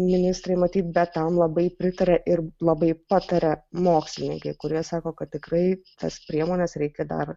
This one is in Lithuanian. ministrai matyt bet tam labai pritaria ir labai pataria mokslininkai kurie sako kad tikrai tas priemones reikia dar